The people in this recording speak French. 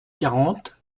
quarante